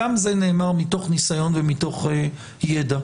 גם זה נאמר מתוך ניסיון ומתוך ידע.